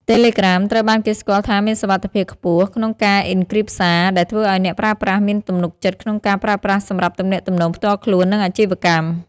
តេឡេក្រាមត្រូវបានគេស្គាល់ថាមានសុវត្ថិភាពខ្ពស់ក្នុងការអុិនគ្រីបសារ ដែលធ្វើឱ្យអ្នកប្រើប្រាស់មានទំនុកចិត្តក្នុងការប្រើប្រាស់សម្រាប់ទំនាក់ទំនងផ្ទាល់ខ្លួន និងអាជីវកម្ម។